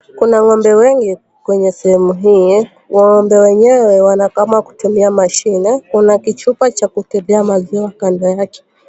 Kuna ng'ombe wengi kwenye sehemu hii. Ng'ombe wenyewe wanakamwa kutumia mashine. Kuna kichupa cha kupimia maziwa kando yake.